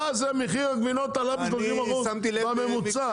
מחיר הגבינות עלה ב-30% הממוצע.